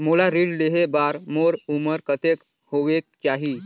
मोला ऋण लेहे बार मोर उमर कतेक होवेक चाही?